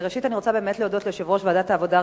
ראשית אני רוצה להודות ליושב-ראש ועדת העבודה,